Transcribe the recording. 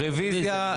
רביזיה.